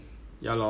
ya so